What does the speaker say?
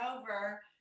over